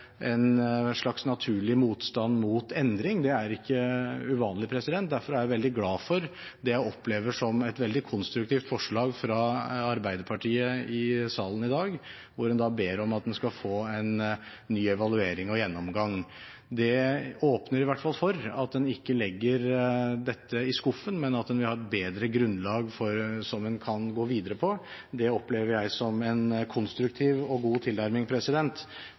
en slags naturlig motstand mot endring. Det er ikke uvanlig, derfor er jeg veldig glad for det jeg opplever som et veldig konstruktivt forslag fra Arbeiderpartiet i salen i dag, der de ber om at en skal få en ny evaluering og gjennomgang. Det åpner i hvert fall for at en ikke legger dette i skuffen, men at en vil ha et bedre grunnlag som en kan gå videre på. Det opplever jeg som en konstruktiv og god tilnærming.